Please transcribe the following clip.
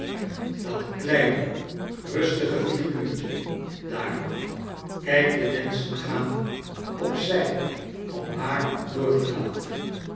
dat kleine rustige figuurtje daar kijk de menschen gaan op zij om haar door te laten